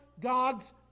God's